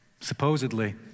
supposedly